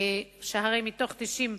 שהרי מתוך 90,